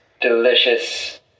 delicious